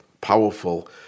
powerful